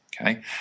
Okay